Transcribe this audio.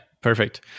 perfect